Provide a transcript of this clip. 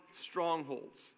strongholds